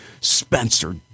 Spencer